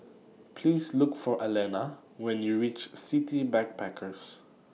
Please Look For Allena when YOU REACH City Backpackers